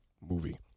movie